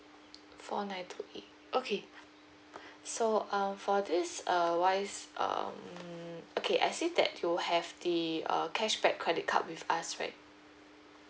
four nine two eight okay so um for this err wise um okay I see that you have the err cashback credit card with us right